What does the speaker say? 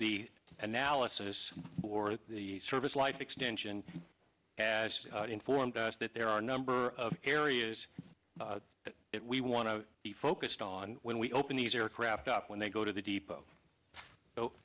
the analysis the service life extension has informed us that there are a number of areas that we want to be focused on when we open these aircraft up when they go to the depot